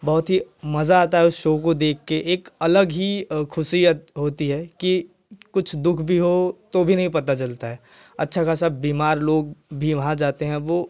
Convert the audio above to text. बहुत ही मज़ा आता है उस शो को देखकर एक अलग ही ख़ुशियत होती है कि कुछ दुःख भी हो तो भी नहीं पता चलता है अच्छा खासा बीमार लोग भी वहाँ जाते हैं वह